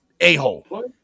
a-hole